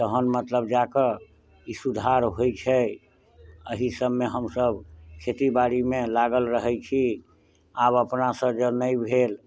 तहन मतलब जा कऽ ई सुधार होइ छै एहि सबमे हमसब खेतीबाड़ी मे लागल रहै छी आब अपना सऽ जॅं नहि भेल